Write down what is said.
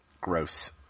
Gross